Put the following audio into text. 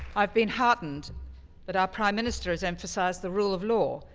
i've been heartened that our prime minister has emphasized the rule of law,